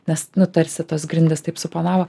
nes nu tarsi tos grindys taip suponavo